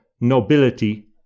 nobility